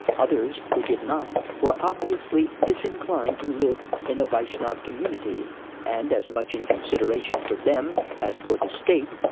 others, who did not, were obviously disinclined to live in a vaishnava community and, as much in consideration for them as for the state,